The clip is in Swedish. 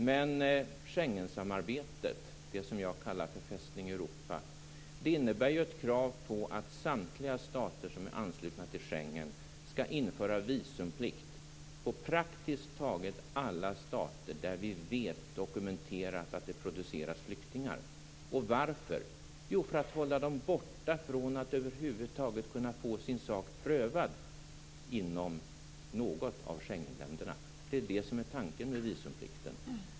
Men Schengensamarbetet - det som jag kallar för Fästning Europa - innebär ju ett krav på att samtliga stater som är anslutna till Schengensamarbetet skall införa visumplikt för praktiskt taget alla stater där det är dokumenterat att det produceras flyktingar. Och varför? Jo, för att hålla dem borta från att över huvud taget kunna få sin sak prövad inom något av Schengenländerna. Det är det som är tanken med visumplikten.